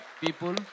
people